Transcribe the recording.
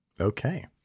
Okay